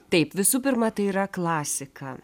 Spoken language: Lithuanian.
taip visų pirma tai yra klasika